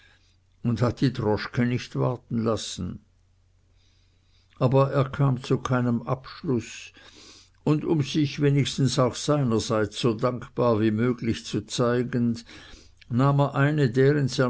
und hat die droschke nicht warten lassen aber er kam zu keinem abschluß und um sich wenigstens auch seinerseits so dankbar wie möglich zu zeigen nahm er eine der